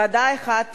ועדה אחת תיקרא: